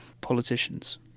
politicians